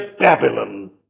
Babylon